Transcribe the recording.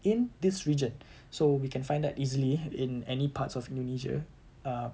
in this region so we can find that easily in any parts of indonesia err